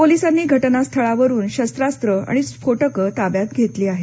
पोलिसांनी घटनास्थळावरुन शस्त्रास्त्र आणि स्फोटकं ताब्यात घेतली आहेत